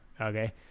Okay